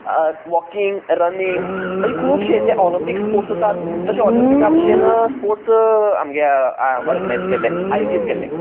walking running अशे खुबशे जे ऑलिंपिक्स स्पोर्ट्स आसात तशे ऑलिंपिका भशेन स्पोर्ट्स आमगे ऑर्गनायज केल्ले आयोजीत केल्ले